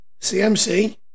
CMC